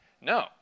No